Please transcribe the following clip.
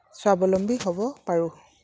স্বাৱলম্বী হ'ব পাৰো